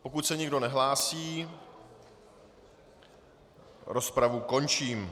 Pokud se nikdo nehlásí, rozpravu končím.